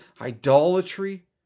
idolatry